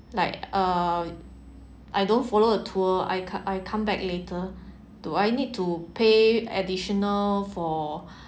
like uh I don't follow a tour I co~ I come back later do I need to pay additional for